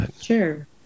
Sure